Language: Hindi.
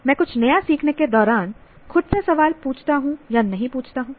मैं कुछ नया सीखने के दौरान खुद से सवाल पूछता हूं नहीं पूछता हूं